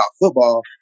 football